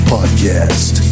Podcast